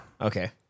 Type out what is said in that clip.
Okay